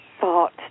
thought